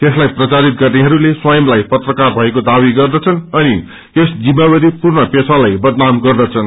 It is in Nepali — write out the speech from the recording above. यसलाई प्रचारित गर्नेहरूले स्वयंलाई पत्रकार भएको दावी गर्दछन् अनि यस जिम्मेवारीपूर्ण पेशालाई बदनाम गर्दछन्